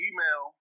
Email